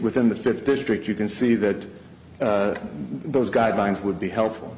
within the fifth district you can see that those guidelines would be helpful